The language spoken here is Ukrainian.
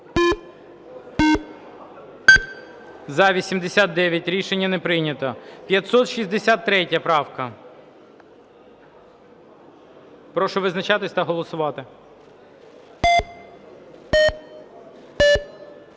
За-88 Рішення не прийнято. 536 правка. Прошу визначатись та голосувати.